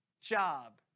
job